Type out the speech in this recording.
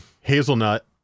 hazelnut